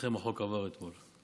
בזכותכם החוק עבר אתמול.